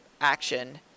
action